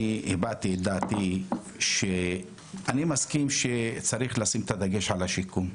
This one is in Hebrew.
אני הבעתי את דעתי שאני מסכים שצריך לשים את הדגש על השיקום,